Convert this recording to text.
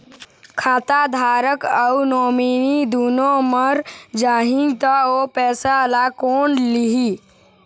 खाता धारक अऊ नोमिनि दुनों मर जाही ता ओ पैसा ला कोन लिही?